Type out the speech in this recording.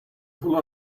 pull